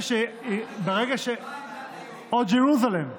ירושלים, זה "ירושלים" או "אל-קודס" או Jerusalem.